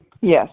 Yes